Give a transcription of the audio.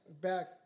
back